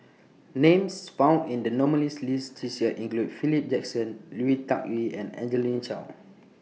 Names found in The nominees' list This Year include Philip Jackson Lui Tuck Yew and Angelina Choy